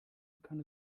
kann